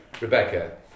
rebecca